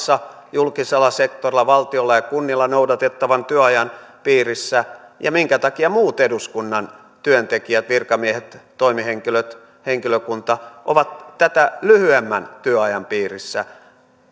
julkisella sektorilla valtiolla ja kunnilla noudatettavan työajan piirissä ja minkä takia muut eduskunnan työntekijät virkamiehet toimihenkilöt henkilökunta ovat tätä lyhyemmän työajan piirissä